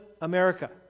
America